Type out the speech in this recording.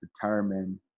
determine